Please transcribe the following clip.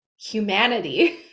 humanity